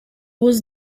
was